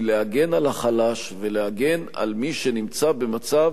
להגן על החלש ולהגן על מי שנמצא במצב